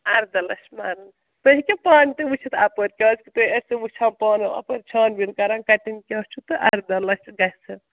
اَرداہ لَچھ مَرلہٕ تُہۍ ہیٚکِو پانہٕ تہِ وُچھِتھ اَپٲرۍ کیٛازِکہِ تُہۍ اتہِ تہِ وُچھو پانہٕ اَپٲرۍ چھان بیٖن کَران کَتٮ۪ن کیٛاہ چھُ تہٕ اَرداہ لَچھ گژھِ